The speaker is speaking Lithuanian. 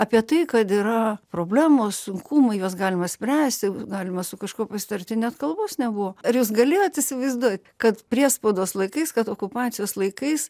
apie tai kad yra problemos sunkumai juos galima spręsti galima su kažkuo pasitarti nes kalbos nebuvo ar jūs galėjote įsivaizduot kad priespaudos laikais kad okupacijos laikais